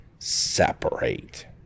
separate